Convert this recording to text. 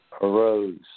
arose